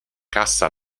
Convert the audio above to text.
cassa